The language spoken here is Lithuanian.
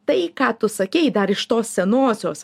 tai ką tu sakei dar iš tos senosios